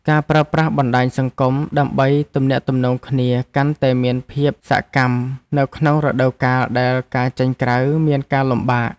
ការប្រើប្រាស់បណ្ដាញសង្គមដើម្បីទំនាក់ទំនងគ្នាកាន់តែមានភាពសកម្មនៅក្នុងរដូវកាលដែលការចេញក្រៅមានការលំបាក។